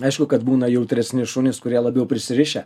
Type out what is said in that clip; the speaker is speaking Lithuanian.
aišku kad būna jautresni šunys kurie labiau prisirišę